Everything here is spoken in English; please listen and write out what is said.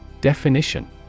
Definition